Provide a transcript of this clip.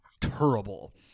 terrible